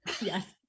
yes